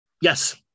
Yes